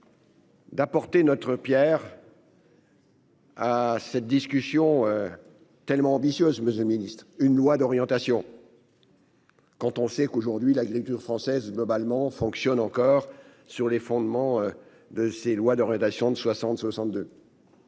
D'apporter notre Pierre. À cette discussion. Tellement ambitieuse monsieur Ministre une loi d'orientation. Quand on sait qu'aujourd'hui l'agriculture française globalement fonctionne encore sur les fondements de ces lois de rédaction de 60 62.